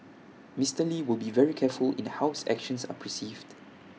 Mister lee will be very careful in how his actions are perceived